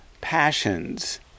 passions